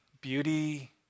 beauty